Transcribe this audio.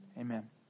Amen